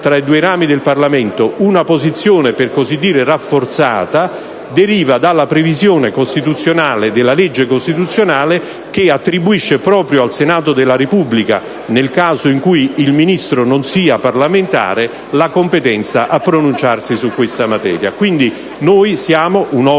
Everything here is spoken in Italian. tra i due rami del Parlamento, una posizione per così dire rafforzata deriva dalla previsione della legge costituzionale che attribuisce proprio al Senato della Repubblica, nel caso in cui il Ministro non sia parlamentare, la competenza a pronunciarsi su questa materia. Quindi, noi siamo un organo